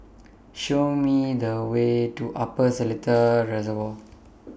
Show Me The Way to Upper Seletar Reservoir